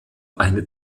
eine